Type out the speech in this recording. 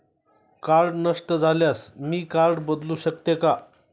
Card नष्ट झाल्यास मी कार्ड बदलू शकते का?